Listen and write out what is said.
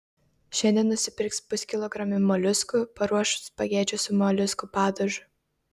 šiandien nusipirks puskilogramį moliuskų paruoš spagečių su moliuskų padažu